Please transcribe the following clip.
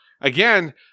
again